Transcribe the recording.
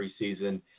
preseason